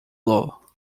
law